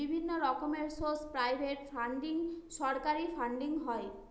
বিভিন্ন রকমের source private funding, সরকারি ফান্ডিং হয়